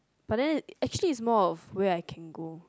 but then actually is more of way I can go